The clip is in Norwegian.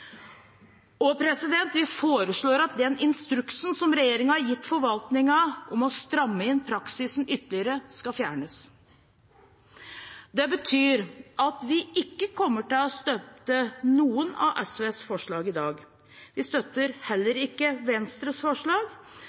Vi foreslår at den instruksen som regjeringen har gitt forvaltningen, om å stramme inn praksisen ytterligere, skal fjernes. Det betyr at vi ikke kommer til å støtte noen av SVs forslag i dag. Vi støtter heller ikke Venstres forslag,